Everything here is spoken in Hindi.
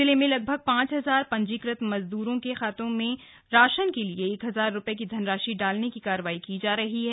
जिले में लगभग पांच हजार पंजीकृत मजदूरों के खातों में राशन के लिए एक हजार रुपये की धनराशि डालने की कार्रवाई की जा रही है